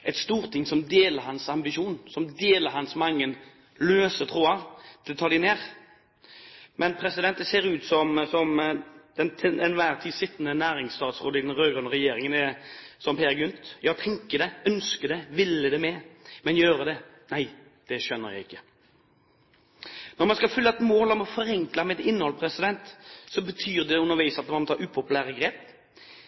et storting som deler hans ambisjon, som deler hans mange løse tråder for å ta dem ned. Det ser ut som den til enhver tid sittende næringsstatsråd i den rød-grønne regjeringen er som Peer Gynt: «Ja, tænke det; ønske det; ville det med, – men gøre det! Nej; det skjønner jeg ikke!» Når man skal fylle med innhold et mål om å forenkle, betyr det at man må ta upopulære grep